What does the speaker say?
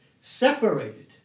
separated